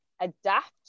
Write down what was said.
adapt